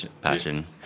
passion